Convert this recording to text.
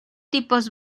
tipos